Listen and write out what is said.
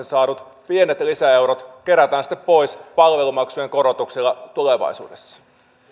saadut pienet lisäeurot kerätään sitten pois palvelumaksujen korotuksilla tulevaisuudessa